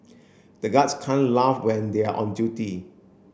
the guards can't laugh when they are on duty